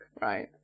right